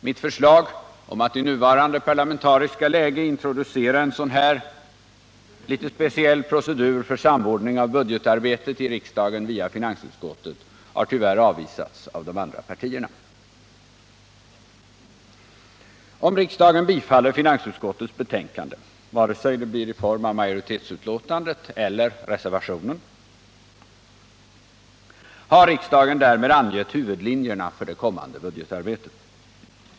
Mitt förslag om att i nuvarande parlamentariska läge introducera en sådan här litet speciell procedur för samordning av budgetarbetet i riksdagen via finansutskottet har tyvärr avvisats av de andra partierna. Om riksdagen bifaller finansutskottets betänkande — vare sig det blir i form av majoritetsutlåtandet eller reservationen — har riksdagen därmed angett huvudlinjerna för det kommande budgetarbetet.